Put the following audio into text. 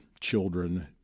children